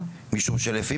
להבנתי,